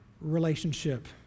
relationship